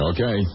Okay